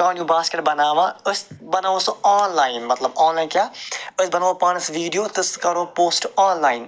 کانیٚو basket بناوان أسۍ بناوو سُہ آنلاین مَطلَب آنلاین کیاہ أسۍ بناوو پانَس ویٖڈیو تہٕ سُہ کرو پوسٹ آنلاین